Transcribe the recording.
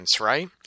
right